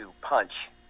punch